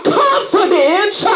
confidence